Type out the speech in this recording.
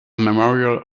memorial